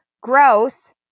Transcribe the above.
growth